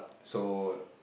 so